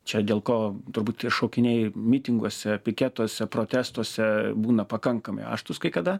čia dėl ko turbūt tie šaukiniai mitinguose piketuose protestuose būna pakankamai aštrūs kai kada